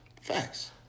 Facts